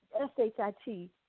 S-H-I-T